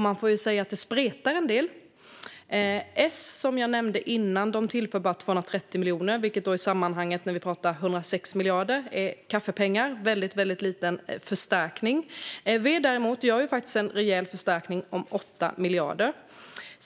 Man får ju säga att det spretar en del. Som jag nämnde innan tillför S bara 230 miljoner, vilket i sammanhanget - vi pratar här om 106 miljarder - är kaffepengar. Det är en väldigt liten förstärkning. V gör däremot en rejäl förstärkning om 8 miljarder.